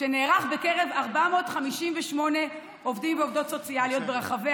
בקרב 458 עובדים ועובדות סוציאליות ברחבי